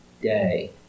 day